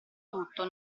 tutto